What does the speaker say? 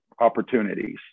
opportunities